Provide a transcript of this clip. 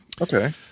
Okay